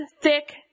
thick